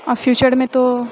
आ फ्यूचरमे तो